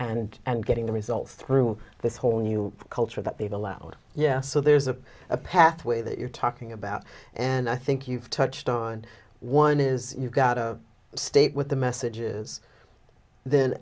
and and getting the results through this whole new culture that they've allowed yeah so there's a pathway that you're talking about and i think you've touched on one is you've got a state with the messages then